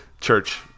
church